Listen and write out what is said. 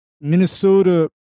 Minnesota